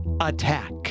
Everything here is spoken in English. Attack